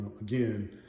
again